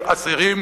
של אסירים,